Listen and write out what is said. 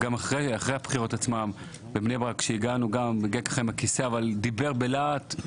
וגם אחרי הבחירות הוא הגיע עם הכיסא אבל דיבר בלהט,